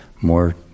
more